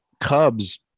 Cubs